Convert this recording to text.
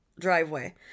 driveway